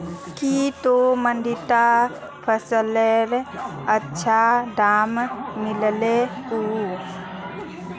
की तोक मंडीत फसलेर अच्छा दाम मिलील कु